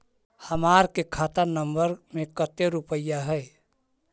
हमार के खाता नंबर में कते रूपैया है?